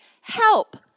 help